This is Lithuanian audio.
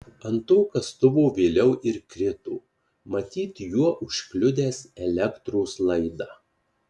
ant to kastuvo vėliau ir krito matyt juo užkliudęs elektros laidą